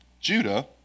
Judah